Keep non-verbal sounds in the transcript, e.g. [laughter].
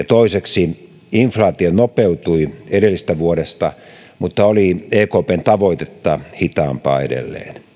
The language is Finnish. [unintelligible] toiseksi inflaatio nopeutui edellisestä vuodesta mutta oli ekpn tavoitetta hitaampaa edelleen